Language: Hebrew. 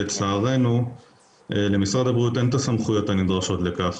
לצערנו למשרד הבריאות אין את הסמכויות הנדרשות לכך.